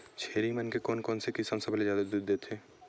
छेरी मन के कोन से किसम सबले जादा दूध देथे?